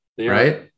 Right